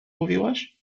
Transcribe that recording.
mówiłaś